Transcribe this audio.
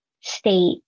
state